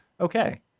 okay